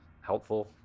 helpful